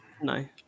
No